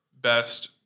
best